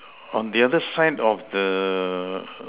on the other side of the